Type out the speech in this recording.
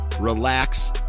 relax